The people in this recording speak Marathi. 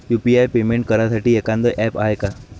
यू.पी.आय पेमेंट करासाठी एखांद ॲप हाय का?